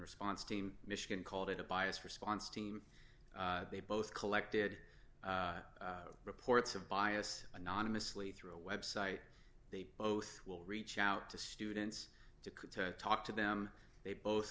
response team michigan called it a biased response team they both collected reports of bias anonymously through a website they both will reach out to students to talk to them they both